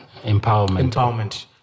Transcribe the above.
empowerment